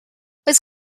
oes